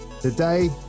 Today